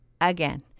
again